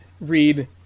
read